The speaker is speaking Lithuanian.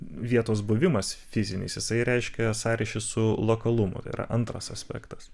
vietos buvimas fizinis jisai reiškia sąryšį su lokalumu tai yra antras aspektas